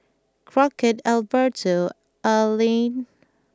Crockett Alberto and Alleen